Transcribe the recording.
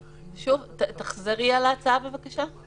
תחזרי על ההצעה, בבקשה.